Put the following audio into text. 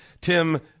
Tim